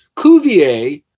Cuvier